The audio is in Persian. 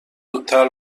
زودتر